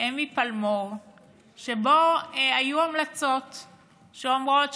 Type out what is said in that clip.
אמי פלמור שבו היו המלצות שאומרות: